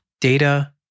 data